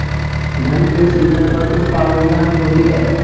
धन के सृजन पर कुछ पाबंदियाँ भी होती हैं